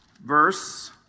Verse